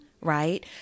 right